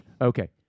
Okay